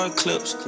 clips